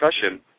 discussion